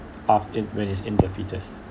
of it when it's in the fetus